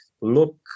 look